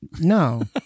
No